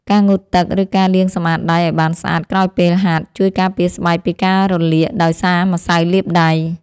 ការងូតទឹក ឬការលាងសម្អាតដៃឱ្យបានស្អាតក្រោយពេលហាត់ ជួយការពារស្បែកពីការរលាកដោយសារម្សៅលាបដៃ។